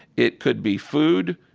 it could be food,